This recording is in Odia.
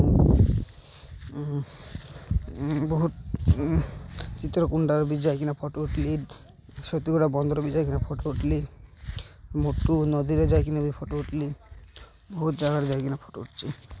ବହୁତ ଚିତ୍ରକୁୁଣ୍ଡାର ବି ଯାଇକିନା ଫଟୋ ଉଠାଇଲି ସତଗୁଡ଼ା ବନ୍ଦର ବି ଯାଇକରିନା ଫଟୋ ଉଠାଇଲି ମୋଟ ନଦୀରେ ଯାଇକରିନା ବି ଫଟୋ ଉଠିଲି ବହୁତ ଜାଗାରେ ଯାଇକରିନା ଫଟୋ ଉଠାଉଛି